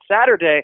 Saturday